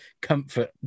comfort